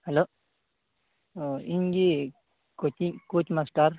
hello ᱚ ᱤᱧ ᱜᱮ ᱠᱳᱪᱤᱝ ᱠᱳᱪ ᱢᱟᱥᱴᱟᱨ